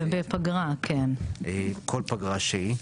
כל פגרה שהיא,